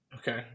Okay